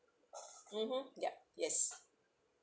mmhmm yup yes